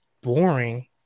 boring